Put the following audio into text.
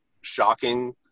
shocking